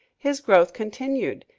his growth continued.